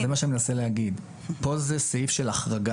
זה מה שאני מנסה להגיד: פה זה סעיף של החרגה,